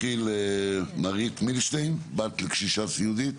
נורית מילשטיין, בת לקשישה סיעודית.